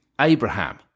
Abraham